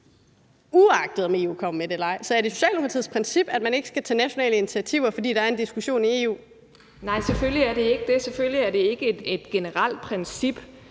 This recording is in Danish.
uagtet om EU kommer med det eller ej. Så er det Socialdemokratiets princip, at man ikke skal tage nationale initiativer, fordi der er en diskussion i EU? Kl. 14:04 Anne Paulin (S): Nej, selvfølgelig er det ikke det. Selvfølgelig er det ikke et generelt princip,